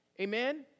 Amen